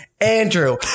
Andrew